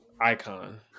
Icon